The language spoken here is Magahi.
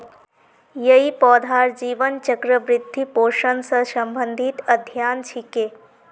यई पौधार जीवन चक्र, वृद्धि, पोषण स संबंधित अध्ययन छिके